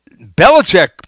Belichick